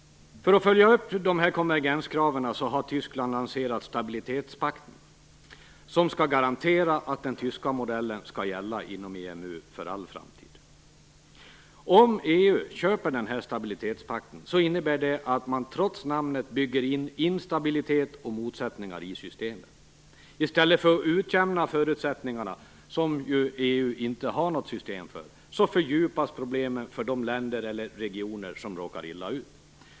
För att följa upp konvergenskraven har Tyskland lanserat stabilitetspakten, som skall garantera att den tyska modellen skall gälla i EMU för all framtid. Om EU köper stabilitetspakten innebär det att man, trots det namn som pakten har, bygger in instabilitet och motsättningar i systemet. I stället för att utjämna förutsättningarna - som EU ju inte har något system för - fördjupas problemen för de länder eller regioner som råkar illa ut.